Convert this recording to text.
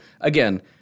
again